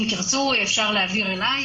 אם תרצו אפשר להעביר אליי,